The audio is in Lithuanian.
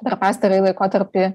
per pastarąjį laikotarpį